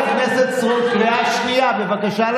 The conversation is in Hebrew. שבי, בבקשה.